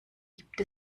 gibt